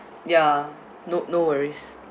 ya no no worries